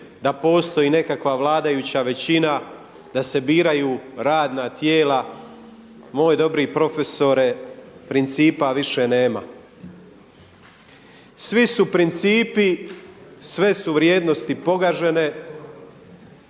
da postoji nekakva vladajuća većina, da se biraju radna tijela. Moj dobri profesore, principa više nema! Svi su principi, sve su vrijednosti pogažene